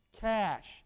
cash